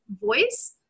voice